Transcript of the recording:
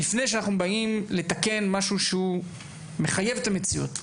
לפני שאנחנו באים לתקן משהו שהוא מחייב את המציאות.